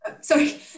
Sorry